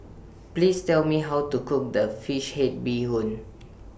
Please Tell Me How to Cook The Fish Head Bee Hoon